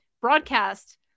broadcast